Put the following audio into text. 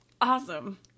awesome